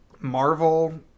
Marvel